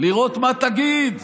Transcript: לראות מה תגיד,